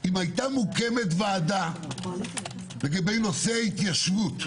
אם היתה מוקמת ועדה לגבי נושא ההתיישבות,